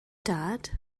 dad